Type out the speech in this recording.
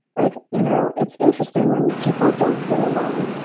like you know it's interesting, when people don't feel alone,